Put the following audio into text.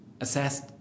assessed